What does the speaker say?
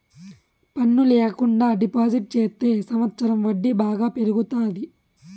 పన్ను ల్యాకుండా డిపాజిట్ చెత్తే సంవచ్చరం వడ్డీ బాగా పెరుగుతాది